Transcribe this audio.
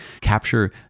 capture